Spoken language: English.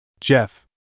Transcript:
Jeff